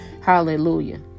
Hallelujah